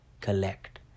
collect